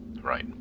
Right